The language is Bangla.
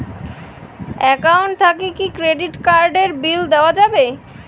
একাউন্ট থাকি কি ক্রেডিট কার্ড এর বিল দেওয়া যাবে?